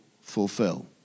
fulfill